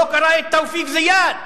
לא קרא את תופיק זיאד,